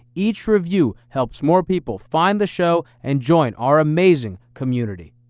each review helps more people find the show and join our amazing community.